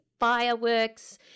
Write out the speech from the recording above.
fireworks